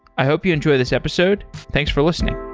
i hope you enjoy this episode. thanks for listening.